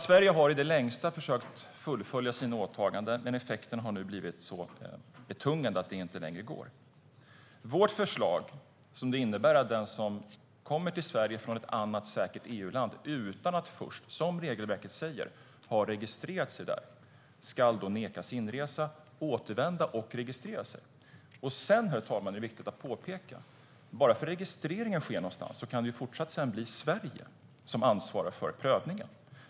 Sverige har i det längsta försökt fullfölja sina åtaganden. Men effekten har nu blivit så betungande att det inte går längre. Vårt förslag innebär att den som kommer till Sverige från ett annat säkert EU-land utan att först, som regelverket säger, ha registrerats där ska nekas inresa och återvända och registrera sig. Det är viktigt att påpeka att även om registreringen sker någon annanstans kan det fortfarande bli Sverige som ansvarar för prövningen.